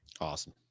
awesome